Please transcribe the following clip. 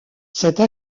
cette